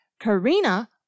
Karina